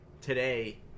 today